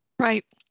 Right